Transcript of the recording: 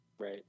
Right